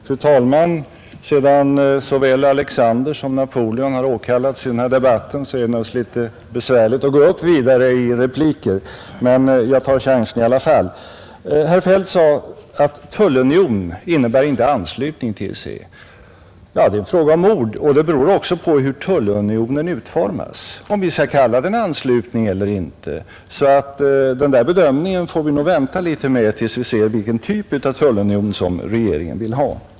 Fru talman! Sedan såväl Alexander som Napoleon har åkallats i denna debatt är det naturligtvis litet besvärligt att här gå upp i replik, men jag tar i alla fall chansen. Herr Feldt sade att tullunion inte innebär anslutning till EEC. Ja, det är en fråga om ord. Och det beror också på hur tullunionen utformas, om vi skall kalla den anslutning eller inte. Så den där bedömningen får vi nog vänta litet med, till dess vi ser vilken typ av tullunion regeringen vill ha.